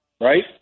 Right